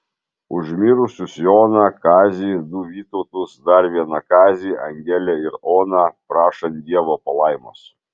už mirusius joną kazį du vytautus dar vieną kazį angelę ir oną prašant dievo palaimos